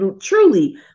truly